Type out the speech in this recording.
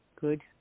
good